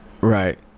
Right